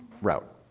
route